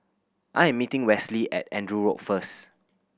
I'm meeting Westley at Andrew Road first